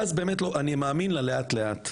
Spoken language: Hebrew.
זה מאוד קל להגיד לאט לאט.